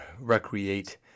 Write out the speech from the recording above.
recreate